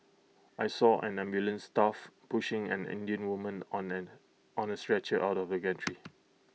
I saw ambulance staff pushing an Indian woman on A on A stretcher out of the gantry